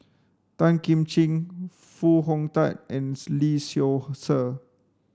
Tan Kim Ching Foo Hong Tatt and Lee Seow Ser